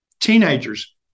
teenagers